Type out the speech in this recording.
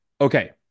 Okay